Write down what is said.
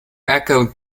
echoed